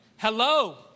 hello